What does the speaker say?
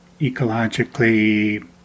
ecologically